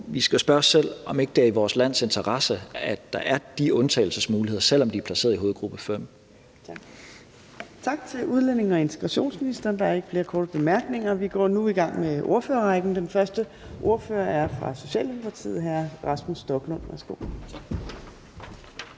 vi skal spørge os selv, om ikke det er i vores lands interesse, at der er de undtagelsesmuligheder, selv om man er placeret i hovedgruppe 5. Kl. 12:31 Fjerde næstformand (Trine Torp): Tak til udlændinge- og integrationsministeren. Der er ikke flere korte bemærkninger. Vi går nu i gang med ordførerrækken. Den første ordfører er fra Socialdemokratiet. Hr. Rasmus Stoklund, værsgo.